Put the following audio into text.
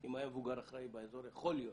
אם היה מבוגר אחראי באזור, יכול להיות